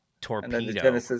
torpedo